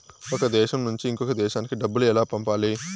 ఒక దేశం నుంచి ఇంకొక దేశానికి డబ్బులు ఎలా పంపాలి?